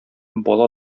бала